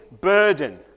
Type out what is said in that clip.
burden